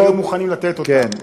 הם היו מוכנים לתת אותה.